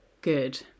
good